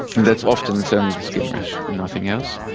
that's often so only the skin rash and nothing else,